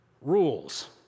rules